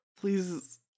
Please